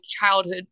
childhood